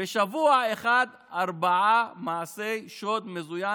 בשבוע אחד ארבעה מעשי שוד מזוין,